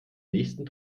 nächsten